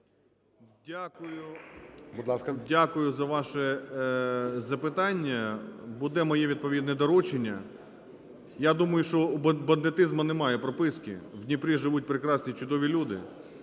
Дякую за ваше запитання. Буде моє відповідне доручення. Я думаю, що у бандитизму немає прописки, у Дніпрі живуть прекрасні, чудові люди.